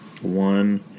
One